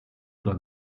oder